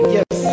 Yes